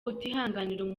utihanganira